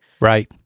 Right